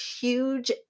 huge